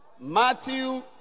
Matthew